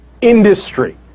industry